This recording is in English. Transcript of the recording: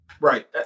Right